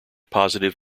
positive